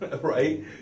right